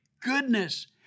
goodness